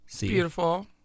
beautiful